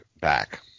back